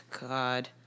God